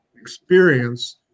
experience